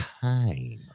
time